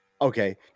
okay